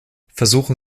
versuchen